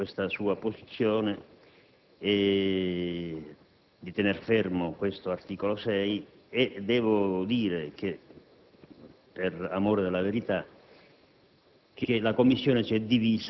ha mantenuto la sua posizione di tener fermo l'articolo 6. Devo dire - per amore della verità